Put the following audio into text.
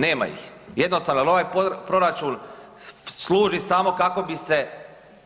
Nema ih, jednostavno jer ovaj proračun služi kako bi se